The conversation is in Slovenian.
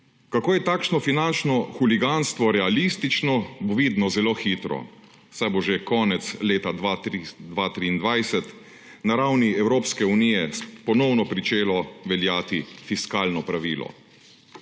Kako je takšno finančno huliganstvo realistično, bo vidno zelo hitro, saj bo že konec leta 2023 na ravni Evropske unije ponovno pričelo veljati fiskalno pravilo.